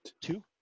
Two